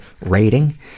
rating